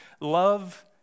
love